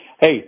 Hey